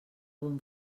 bon